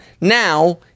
Now